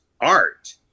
art